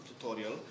tutorial